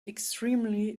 extremely